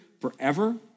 forever